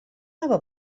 nova